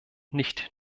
nicht